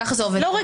כך זה עובד כאן.